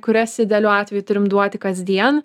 kurias idealiu atveju turim duoti kasdien